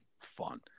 fun